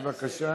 בבקשה.